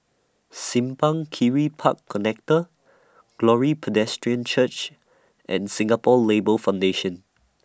Simpang Kiri Park Connector Glory Presbyterian Church and Singapore Labour Foundation